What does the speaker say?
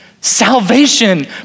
salvation